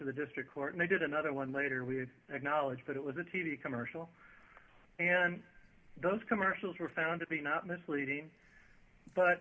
the district court and they did another one later would acknowledge that it was a t v commercial and those commercials were found to be not misleading but